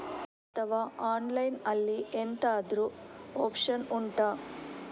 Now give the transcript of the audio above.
ಅಥವಾ ಆನ್ಲೈನ್ ಅಲ್ಲಿ ಎಂತಾದ್ರೂ ಒಪ್ಶನ್ ಉಂಟಾ